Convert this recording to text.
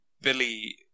Billy